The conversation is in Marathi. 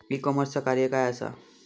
ई कॉमर्सचा कार्य काय असा?